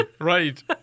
right